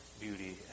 beauty